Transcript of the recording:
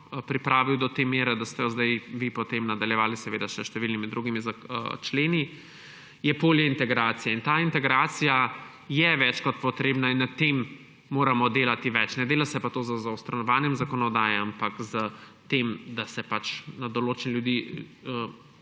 pripravil do te mere, da ste jo sedaj vi potem nadaljevali, seveda s številnimi drugimi členi –, je poliintegracija. Ta integracija je več kot potrebna in na tem moramo delati več. Ne dela se pa to z zaostrovanjem zakonodaje, ampak s tem, da se pač na določen način